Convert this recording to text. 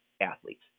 athletes